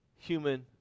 human